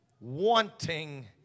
wanting